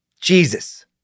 Jesus